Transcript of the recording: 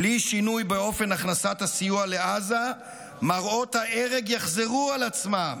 בלי שינוי באופן הכנסת הסיוע לעזה מראות ההרג יחזרו על עצמם.